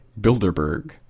Bilderberg